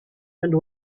and